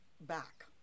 back